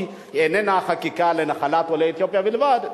כי היא איננה חקיקה שתהיה נחלת עולי אתיופיה בלבד,